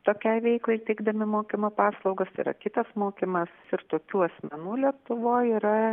tokiai veiklai teikdami mokymo paslaugas yra kitas mokymas ir tokių asmenų lietuvoj yra